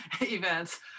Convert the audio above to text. events